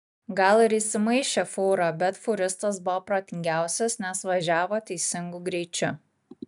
gal ir įsimaišė fūra bet fūristas buvo protingiausias nes važiavo teisingu greičiu